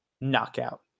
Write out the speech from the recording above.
Knockout